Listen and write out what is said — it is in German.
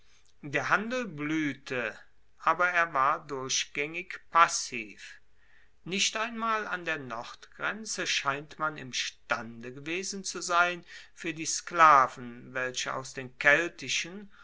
der handel bluehte aber er war durchgaengig passiv nicht einmal an der nordgrenze scheint man imstande gewesen zu sein fuer die sklaven welche aus den keltischen